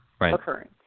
occurring